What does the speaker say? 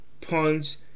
punch